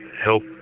help